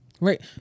right